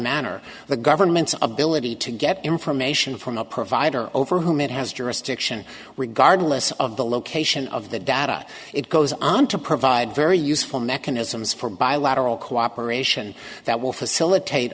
manner the government's ability to get information from the provider over whom it has jurisdiction regardless of the location of the data it goes on to provide very useful mechanisms for bilateral cooperation that will facilitate